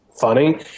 funny